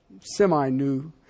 semi-new